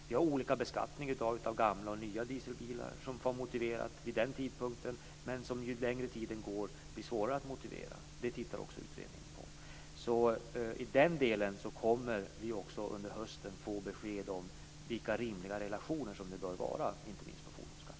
Vi har olika beskattning av gamla och nya dieselbilar, som var motiverat vid den tidpunkten men som ju längre tiden går blir svårare att motivera. Det tittar utredningen också på. I den delen kommer vi också att få besked under hösten om vilka rimliga relationer som det bör vara inte minst på fordonsskatten.